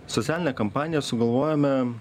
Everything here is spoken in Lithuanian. socialinę kampaniją sugalvojome